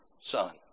son